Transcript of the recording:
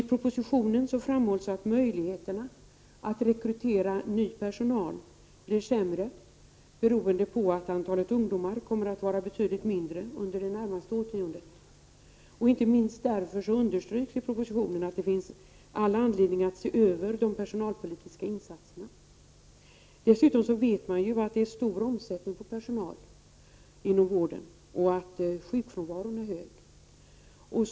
I propositionen framhålls att möjligheterna att rekrytera ny personal blir sämre beroende på att antalet ungdomar kommer att vara betydligt mindre under de närmaste årtiondena. Inte minst därför, underströks det i propositionen, finns det all anledning att se över de personalpolitiska insatserna. Dessutom vet vi att det är stor omsättning på personal inom vården och att sjukfrånvaron är stor.